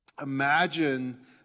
Imagine